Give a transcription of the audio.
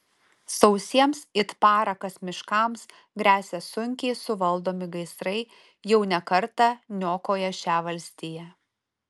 sausiems it parakas miškams gresia sunkiai suvaldomi gaisrai jau ne kartą niokoję šią valstiją